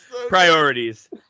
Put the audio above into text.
Priorities